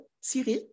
Cyril